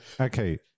Okay